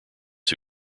who